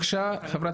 בקשה, חברת